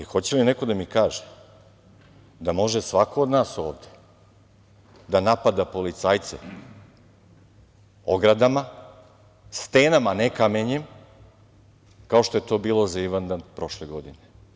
Hoće li neko da mi kaže da može svako od nas ovde da napada policajce ogradama, stenama, ne kamenjem, kao što je to bilo za Ivandan prošle godine?